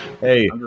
Hey